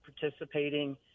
participating